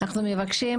אנחנו מבקשים